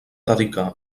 dedicar